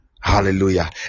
hallelujah